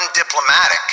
undiplomatic